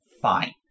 Fine